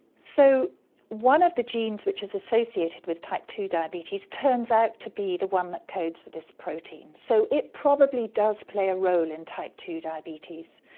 so one of the genes which is associated with type two diabetes turns out to be the one that codes for this protein, so it probably does play a role in type two diabetes,